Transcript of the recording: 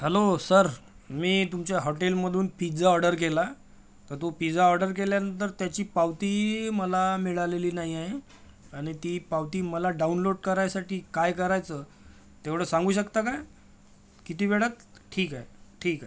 hello sir मी तुमच्या हॉटेलमधून पिझ्झा ऑर्डर केला तर तो पिझ्झा ऑर्डर केल्यानंतर त्याची पावतीही मला मिळालेली नाही आहे आणि ती पावती मला डाऊनलोड करायसाठी काय करायचं तेवढं सांगू शकता काय किती वेळात ठीक आहे ठीक आहे